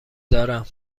دارم